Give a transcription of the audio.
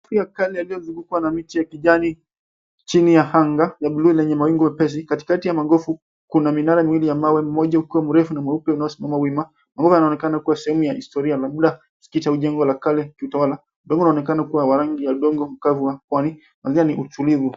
...ya kale iliyozungukwa na miti ya kijani chini ya anga ya blue yenye mawingu wepesi. Katikati ya magofu kuna minara miwili ya mawe moja ukiwa mrefu na mweupe unaosimama wima. Magofu yanaonekana kuwa sehemu ya historia labda usikiti wa ujenzi la kale kiutawala. Unaonekana kuwa wa rangi ya udongo mkavu wa pwani. Ni utulivu.